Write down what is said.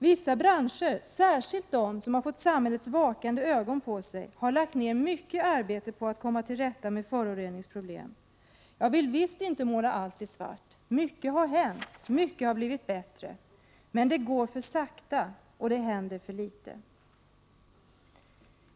Vissa branscher, särskilt de som har fått samhällets vakande ögon på sig, har lagt ner mycket arbete på att komma till rätta med föroreningsproblemen. Jag vill visst inte måla allt i svart. Mycket har hänt. Mycket har blivit bättre. Men det går för sakta, och det händer för litet.